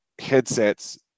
headsets